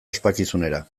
ospakizunera